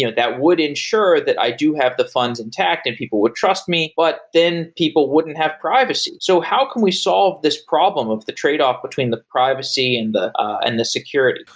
yeah that would ensure that i do have the funds intact and people would trust me. but then people wouldn't have privacy. so how can we solve this problem of the trade-off between the privacy and the and security? security?